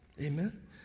Amen